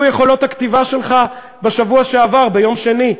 יכולות הכתיבה שלך בשבוע שעבר ביום שני,